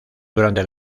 durante